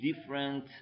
different